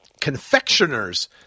Confectioners